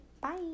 Bye